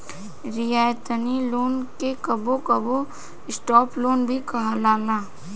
रियायती लोन के कबो कबो सॉफ्ट लोन भी कहाला